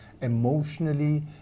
emotionally